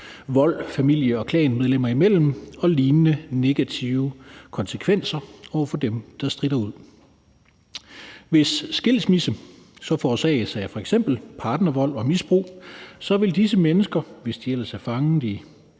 vold familiemedlemmer og klanmedlemmer imellem og med lignende negative konsekvenser over for dem, der stikker ud. Hvis skilsmissen så forårsages af f.eks. partnervold og misbrug, vil disse mennesker, hvis de er fanget i